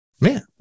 Man